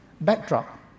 backdrop